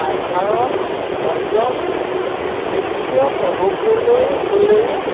সাধাৰণ এজন খেতিয়ক হ'বলৈ হ'লেও